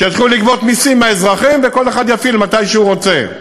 שיתחילו לגבות מסים מהאזרחים וכל אחד יפעיל מתי שהוא רוצה.